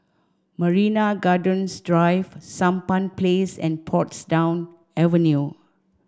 Marina Gardens Drive Sampan Place and Portsdown Avenue